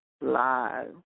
live